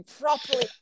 properly